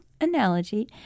analogy